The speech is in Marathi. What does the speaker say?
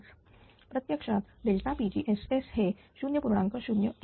0235 प्रत्यक्षात pgss हे 0